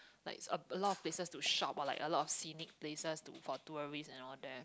like a lot of business to shop or like a lot of scenic places to for tourists and all there